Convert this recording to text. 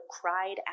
cried